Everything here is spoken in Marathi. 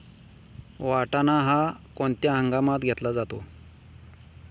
वाटाणा हा कोणत्या हंगामात घेतला जातो?